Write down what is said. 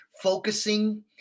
focusing